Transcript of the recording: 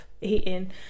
eating